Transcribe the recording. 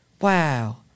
Wow